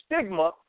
stigma